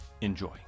Enjoy